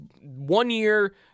one-year